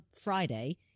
Friday